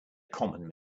common